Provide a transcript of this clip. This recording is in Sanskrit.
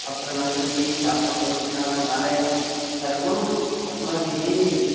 अत्र न सन्ति तासां पत्रिकाणाम् आनयनं सर्वम् अस्माभिः